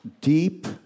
deep